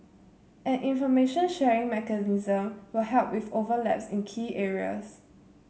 an information sharing mechanism will help with overlaps in key areas